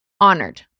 Honored